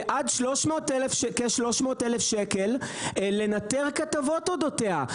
כ-300,000 לנטר כתבות אודותיה.